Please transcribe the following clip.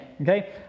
Okay